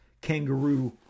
kangaroo